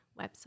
website